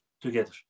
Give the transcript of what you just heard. together